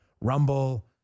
Rumble